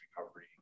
recovery